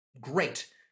great